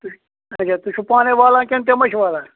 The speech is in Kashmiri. اچھا تُہۍ چھُو پانَے والان کنہٕ تِمے چھِ والان